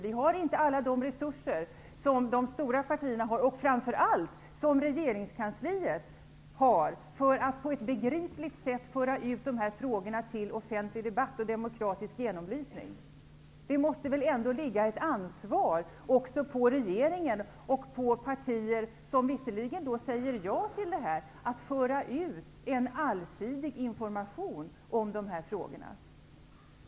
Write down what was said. Vi har inte alla de resurser som de stora partierna och framför allt regeringskansliet har, för att på ett begripligt sätt föra ut de här frågorna till offentlig debatt och demokratisk genomlysning. Det måste väl ändå ligga ett ansvar också på regeringen och på partier som säger ja till EG att se till att en allsidig information om de här frågorna förs ut.